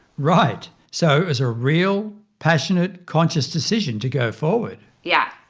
right, so it was a real passionate, conscious decision to go forward. yeah,